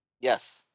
Yes